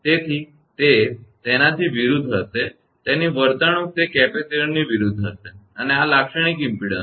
તેથી તે તેનાથી વિરુદ્ધ હશે તેની વર્તણૂક તે કેપેસિટરની વિરુદ્ધ હશે અને આ લાક્ષણિક ઇમપેડન્સ છે